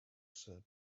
said